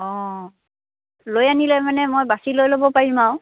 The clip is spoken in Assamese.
অঁ লৈ আনিলে মানে মই বাকী লৈ ল'ব পাৰিম আৰু